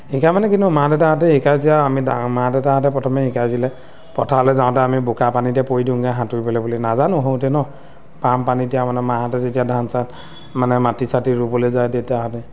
শিকাই মানে কিনো মা দেউতাহঁতে শিকাই যে আৰু আমি মা দেউতাহঁতে প্ৰথমে শিকাইছিলে পথাৰলৈ যাওঁতে আমি বোকা পানীতে পৰি দিওঁগৈ সাঁতুৰিবলৈ বুলি নাজানো সৰুতে ন পাম পানীতে মানে মাহঁতে যেতিয়া ধান চাত মানে মাটি চাটি ৰুবলৈ যায় দেউতাহঁতে